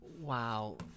Wow